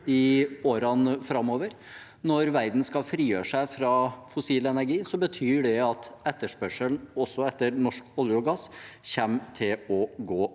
i årene framover. Når verden skal frigjøre seg fra fossil energi, betyr det at etterspørselen også etter norsk olje og gass kommer til å gå